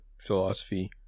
philosophy